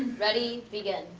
ready, begin.